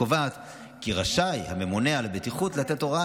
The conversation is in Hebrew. קובעת כי רשאי הממונה על הבטיחות לתת הוראה